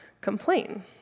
complain